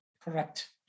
Correct